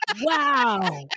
Wow